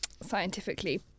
scientifically